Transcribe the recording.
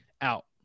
out